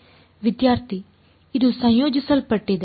ವಿದ್ಯಾರ್ಥಿ ಇದು ಸಂಯೋಜಿಸಲ್ಪಟ್ಟಿದೆ